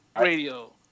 radio